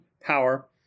power